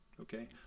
Okay